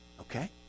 Okay